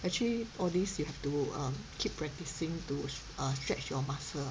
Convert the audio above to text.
actually all these you have to um keep practicing to err stretch your muscle mm